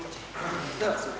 Hvala